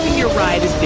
you're writing